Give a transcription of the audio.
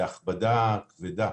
זו הכבדה כבדה,